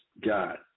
God